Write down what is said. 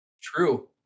True